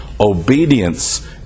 obedience